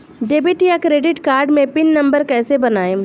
Debit या credit card मे pin number कैसे बनाएम?